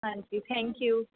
ਹਾਂਜੀ thank you